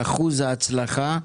אחוז ההצלחה,